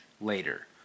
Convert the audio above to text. later